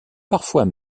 parfois